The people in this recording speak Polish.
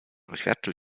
oświadczył